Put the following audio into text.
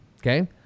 Okay